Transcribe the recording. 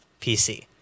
pc